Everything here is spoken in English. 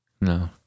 No